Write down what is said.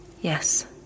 Yes